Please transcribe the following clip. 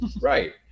Right